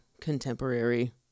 contemporary